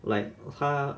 like 他